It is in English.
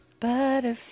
Butterfly